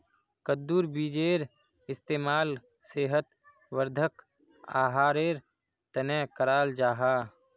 कद्दुर बीजेर इस्तेमाल सेहत वर्धक आहारेर तने कराल जाहा